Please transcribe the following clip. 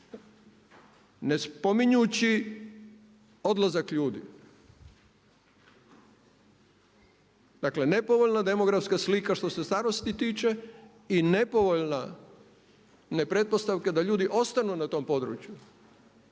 ne spominjući odlazak ljudi. Dakle, nepovoljna demografska slika što se starosti tiče i nepovoljna ne pretpostavka da ljudi ostanu na tom podruju,